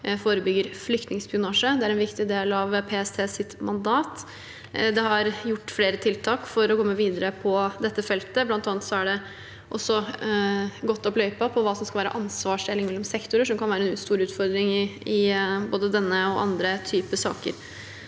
og flyktningspionasje. Det er en viktig del av PSTs mandat. Det er gjort flere tiltak for å komme videre på dette feltet. Man har bl.a. gått opp løypa for hva som skal være ansvarsdelingen mellom sektorer, noe som kan være en stor utfordring i både denne og andre typer saker.